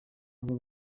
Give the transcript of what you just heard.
aba